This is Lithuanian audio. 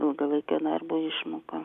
ilgalaikio darbo išmoka